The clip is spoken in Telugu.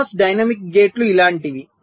CMOS డైనమిక్ గేట్లు ఇలాంటివి